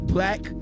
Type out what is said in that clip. Black